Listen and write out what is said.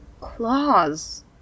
Claws